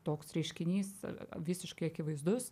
toks reiškinys visiškai akivaizdus